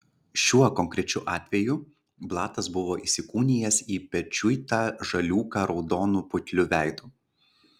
šiuo konkrečiu atveju blatas buvo įsikūnijęs į pečiuitą žaliūką raudonu putliu veidu